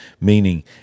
meaning